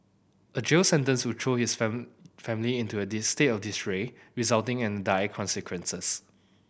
a jail sentence would throw his family into a of disarray resulting in dire consequences